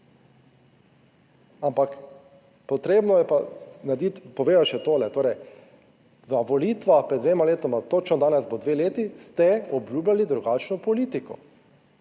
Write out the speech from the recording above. Ampak, potrebno je pa narediti, povedati še tole, torej, na volitvah pred dvema letoma, točno danes bo dve leti, ste obljubljali drugačno politiko,